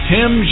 Tim